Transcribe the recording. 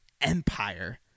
empire